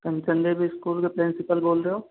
कंचन Devi school के principal बोल रहे हो